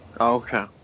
Okay